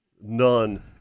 none